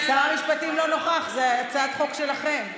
שר המשפטים לא נוכח, זו הצעת חוק שלכם.